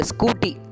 Scooty